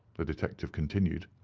the detective continued,